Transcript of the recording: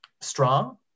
strong